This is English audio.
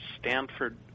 Stanford